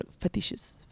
fetishes